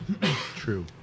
true